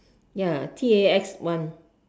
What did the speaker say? ya T A X one